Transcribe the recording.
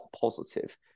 positive